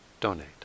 donate